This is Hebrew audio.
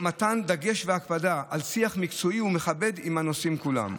מתן דגש והקפדה על שיח מקצועי ומכבד עם הנוסעים כולם.